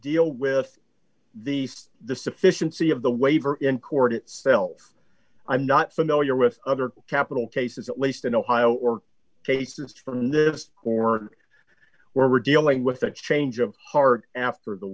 deal with the the sufficiency of the waiver in court itself i'm not familiar with other capital cases at least in ohio or cases from the koran where we're dealing with a change of heart after the